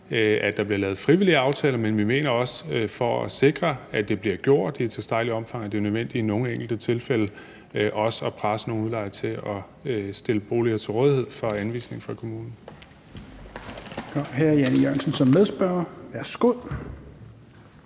at der bliver lavet frivillige aftaler. Men vi mener også – for at sikre, at det bliver gjort i tilstrækkeligt omfang – at det er nødvendigt i nogle enkelte tilfælde at presse nogle udlejere til at stille boliger til rådighed for kommunens